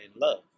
love